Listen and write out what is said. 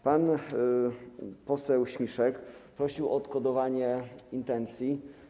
Pan poseł Śmiszek prosił o odkodowanie intencji.